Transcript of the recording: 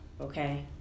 Okay